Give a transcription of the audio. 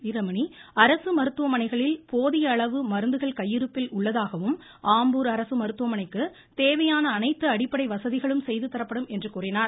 வீரமணி அரசு மருத்துவமனைகளில் போதிய அளவு மருந்துகள் கையிருப்பில் உள்ளதாகவும் ஆம்பூர் அரசு மருத்துவமனைக்கு தேவையான அனைத்து அடிப்படை வசதிகளும் செய்து தரப்படும் என்றும் கூறினார்